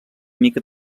mica